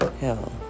Hell